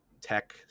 tech